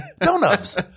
donuts